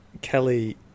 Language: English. Kelly